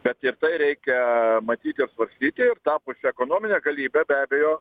bet ir tai reikia matyti ir svarstyti ir tapusi ekonomine galybe be abejo